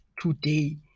today